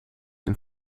den